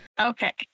Okay